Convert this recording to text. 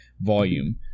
volume